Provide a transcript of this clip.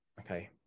okay